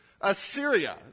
Assyria